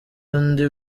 undi